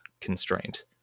constraint